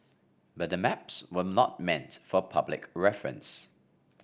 but the maps were not meant for public reference